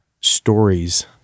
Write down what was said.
stories